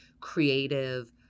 creative